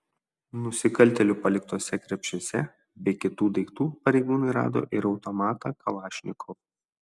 nusikaltėlių paliktuose krepšiuose be kitų daiktų pareigūnai rado ir automatą kalašnikov